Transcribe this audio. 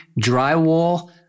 drywall